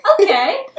Okay